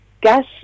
gas